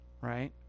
right